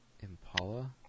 Impala